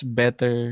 better